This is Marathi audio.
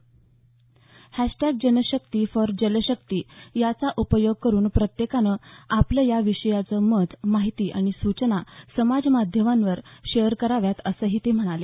हॅशटॅग जनशक्ती फॉर जलशक्ती याचा उपयोग करून प्रत्येकानं आपलं या विषयीचं मत माहिती आणि सूचना समाज माध्यमांवर शेअर कराव्यात असंही ते म्हणाले